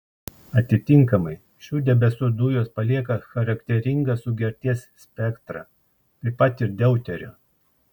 atitinkamai šių debesų dujos palieka charakteringą sugerties spektrą taip pat ir deuterio